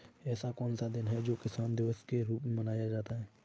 ऐसा कौन सा दिन है जो किसान दिवस के रूप में मनाया जाता है?